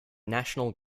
national